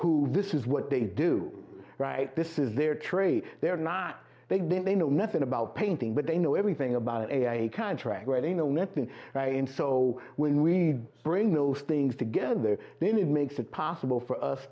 who this is what they do right this is their trade they're not they didn't they know nothing about painting but they know everything about a contract where they know nothing and so when we bring those things together then it makes it possible for us